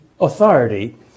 authority